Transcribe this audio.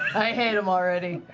i hate him already.